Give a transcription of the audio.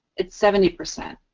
it's seventy percent.